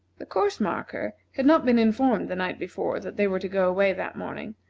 the course-marker had not been informed the night before that they were to go away that morning,